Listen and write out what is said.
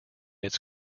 its